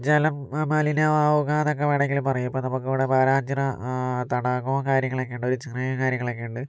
ജലം മലിനമാവുക എന്നൊക്കെ വേണമെങ്കിൽ പറയാം ഇപ്പോൾ നമുക്കിവിടെ മാനാഞ്ചിറ തടാകവും കാര്യങ്ങളൊക്കെ ഉണ്ട് ചിറയും കാര്യങ്ങളൊക്കെയിണ്ട്